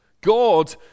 God